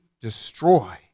destroy